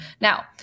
Now